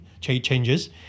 changes